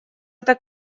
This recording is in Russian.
эта